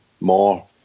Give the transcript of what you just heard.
more